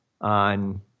on